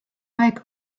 aeg